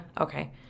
Okay